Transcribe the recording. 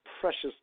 precious